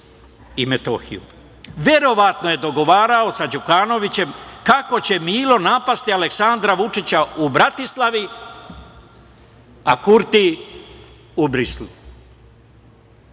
i Metohiju. Verovatno je dogovarao sa Đukanovićem kako će Milo napasti Aleksandra Vučića u Bratislavi a Kurti u Briselu.I